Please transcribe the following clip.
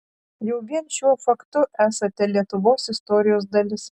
jau vien šiuo faktu esate lietuvos istorijos dalis